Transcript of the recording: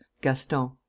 gaston